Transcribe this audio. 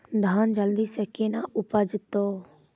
धान जल्दी से के ना उपज तो?